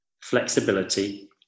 flexibility